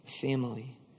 family